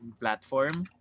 platform